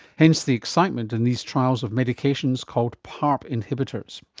hence the excitement in these trials of medications called parp inhibitors.